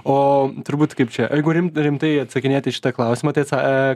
o turbūt kaip čia jeigu rim rimtai atsakinėt į šitą klausimą tai atsa